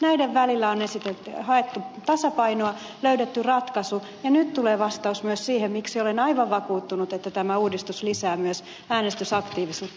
näiden välillä on haettu tasapainoa löydetty ratkaisu ja nyt tulee vastaus myös siihen miksi olen aivan vakuuttunut että tämä uudistus lisää myös äänestysaktiivisuutta